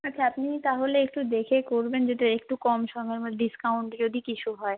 আচ্ছা আপনি তাহলে একটু দেখে করবেন যদি একটু কম সমের মধ্যে ডিস্কাউন্ট যদি কিছু হয়